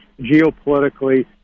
geopolitically